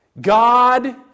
God